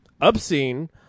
obscene